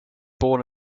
born